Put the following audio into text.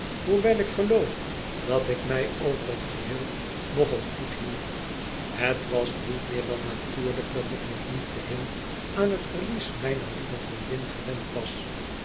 hoewel ik geloof dat ik mij over het geheel nog al goed hield het was niet meer dan natuurlijk dat ik nog niet geheel aan het verlies mijner lieve vriendin gewend was